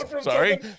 sorry